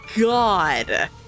god